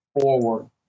forward